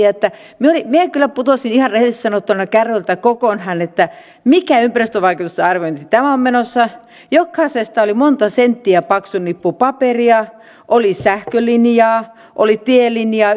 että minä kyllä putosin ihan rehellisesti sanottuna kärryiltä kokonaan siitä mikä ympäristövaikutusten arviointi milloinkin oli menossa jokaisesta oli monta senttiä paksu nippu paperia oli sähkölinjan oli tielinjan